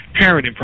parenting